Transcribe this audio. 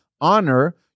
honor